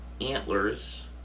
Antlers